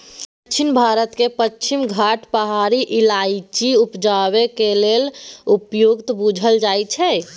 दक्षिण भारतक पछिमा घाट पहाड़ इलाइचीं उपजेबाक लेल उपयुक्त बुझल जाइ छै